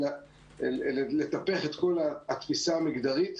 כדי לטפח את כל התפיסה המגדרית.